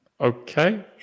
Okay